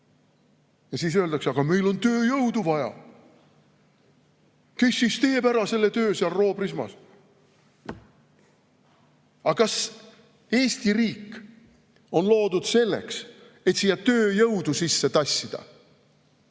Ja siis öeldakse, et aga meil on tööjõudu vaja, sest kes teeb ära selle töö seal Roo Prismas. Aga kas Eesti riik on loodud selleks, et siia tööjõudu sisse tassida?